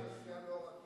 יש נסיעה לאור-עקיבא?